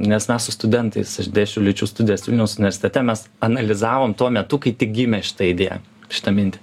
nes mes su studentais dėsčiau lyčių studijas vilniaus universitete mes analizavom tuo metu kai tik gimė šita idėja šitą mintį